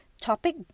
topic